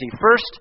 first